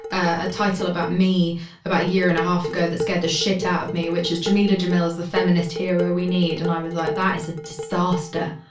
a title about me about a year and a half ago that scared the shit out of me, which is jameela jamil is the feminist hero we need. and i was like, that is a disaster.